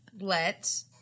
let